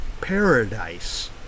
paradise